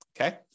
Okay